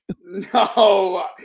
No